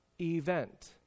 event